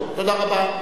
תודה רבה.